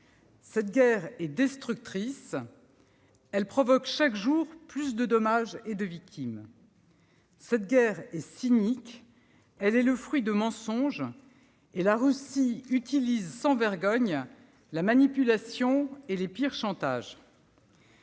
Cette guerre est destructrice. Elle provoque chaque jour plus de dommages et de victimes. Cette guerre est cynique. Elle est le fruit de mensonges, et la Russie utilise sans vergogne la manipulation et les pires chantages.